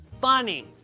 funny